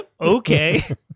Okay